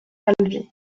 alger